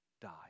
die